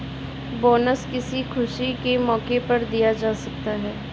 bonus किसी खुशी के मौके पर दिया जा सकता है